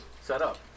setup